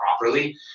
properly